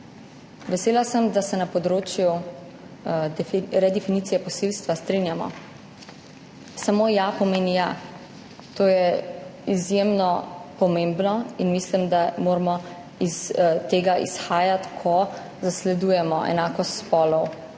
Vesela sem, da se na področju redefinicije posilstva strinjamo. Samo ja pomeni ja. To je izjemno pomembno in mislim, da moramo iz tega izhajati, ko zasledujemo enakost spolov,